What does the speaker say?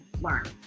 learn